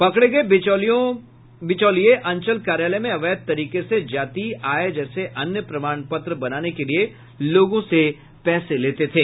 पकड़े गये बिचौलियां अंचल कार्यालय में अवैध तरीके से जाति आय जैसे अन्य प्रमाण पत्र बनाने के लिए लोगों से पैसा लेते थे